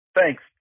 Thanks